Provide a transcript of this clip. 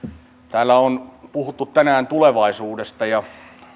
täällä on puhuttu tänään tulevaisuudesta ja